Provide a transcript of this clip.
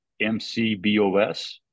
mcbos